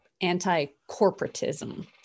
anti-corporatism